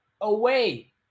away